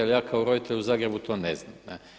Ali ja kao roditelj u Zagrebu to ne znam.